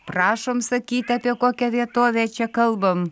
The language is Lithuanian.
prašom sakyti apie kokią vietovę čia kalbam